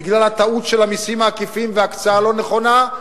בגלל הטעות של המסים העקיפים והקצאה לא נכונה,